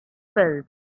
pills